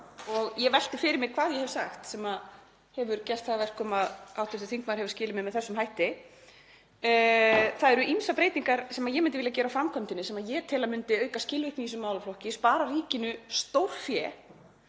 og ég velti fyrir mér hvað ég hef sagt sem hefur gert það að verkum að hv. þingmaður hefur skilið mig með þessum hætti. Það eru ýmsar breytingar sem ég myndi vilja gera á framkvæmdinni sem ég tel að myndu auka skilvirkni í þessum málaflokki; spara ríkinu stórfé,